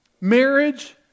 Marriage